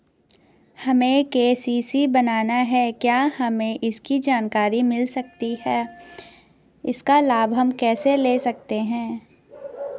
हमें के.सी.सी बनाना है क्या हमें इसकी जानकारी मिल सकती है इसका लाभ हम कैसे ले सकते हैं?